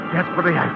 Desperately